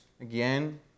Again